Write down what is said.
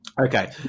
Okay